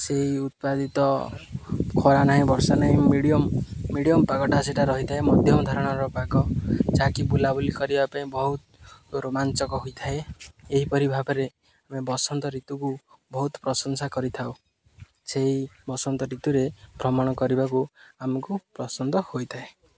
ସେଇ ଉତ୍ପାଦିତ ଖରା ନାହିଁ ବର୍ଷା ନାହିଁ ମିଡ଼ିୟମ୍ ମିଡ଼ିୟମ୍ ପାଗଟା ସେଟା ରହିଥାଏ ମଧ୍ୟମ ଧରଣର ପାଗ ଯାହାକି ବୁଲା ବୁଲି କରିବା ପାଇଁ ବହୁତ ରୋମାଞ୍ଚକ ହୋଇଥାଏ ଏହିପରି ଭାବରେ ଆମେ ବସନ୍ତ ଋତୁକୁ ବହୁତ ପ୍ରଶଂସା କରିଥାଉ ସେଇ ବସନ୍ତ ଋତୁରେ ଭ୍ରମଣ କରିବାକୁ ଆମକୁ ପସନ୍ଦ ହୋଇଥାଏ